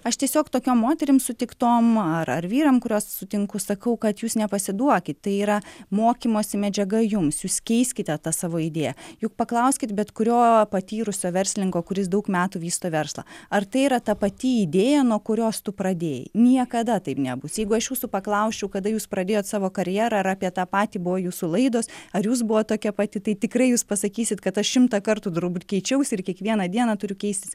aš tiesiog tokiom moterim sutiktom ar ar vyram kuriuos sutinku sakau kad jūs nepasiduokit tai yra mokymosi medžiaga jums jūs keiskite tą savo idėją juk paklauskit bet kurio patyrusio verslininko kuris daug metų vysto verslą ar tai yra ta pati idėja nuo kurios tu pradėjai niekada taip nebus jeigu aš jūsų paklausčiau kada jūs pradėjot savo karjerą ar apie tą patį buvo jūsų laidos ar jūs buvot tokia pati tai tikrai jūs pasakysit kad aš šimtą kartų turbūt keičiausi ir kiekvieną dieną turiu keistis